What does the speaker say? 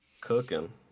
Cooking